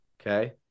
okay